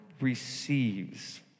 receives